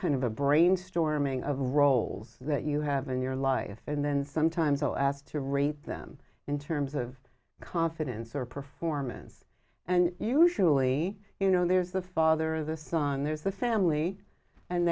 kind of a brainstorming of roles that you have in your life and then sometimes so as to rate them in terms of confidence or performance and usually you know there's the father the son there's the family and